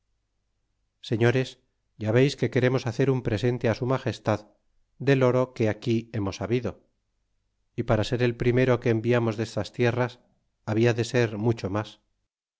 señores ya veis que queremos hacer un presente asu magestad del oro que aquí hemos habido y para ser el primero que enviamos destas tierras habla de ser mucho mas